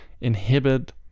inhibit